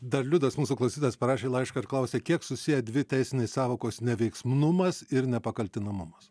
dar liudas mūsų klausytojas parašė laišką ir klausė kiek susiję dvi teisinės sąvokos neveiksnumas ir nepakaltinamumas